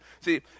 See